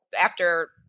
after-